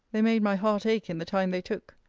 they made my heart ache in the time they took.